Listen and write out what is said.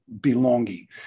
belonging